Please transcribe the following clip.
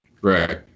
Right